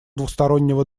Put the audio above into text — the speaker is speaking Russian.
двустороннего